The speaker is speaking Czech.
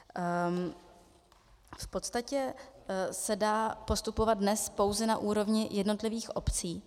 V podstatě se dá postupovat dnes pouze na úrovni jednotlivých obcí.